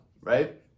right